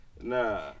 Nah